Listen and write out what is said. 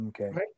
okay